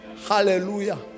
Hallelujah